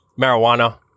marijuana